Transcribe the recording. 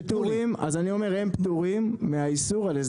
הם פטורים מהאיסור על הסדר.